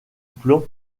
plan